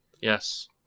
yes